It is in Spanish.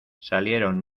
salieron